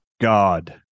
God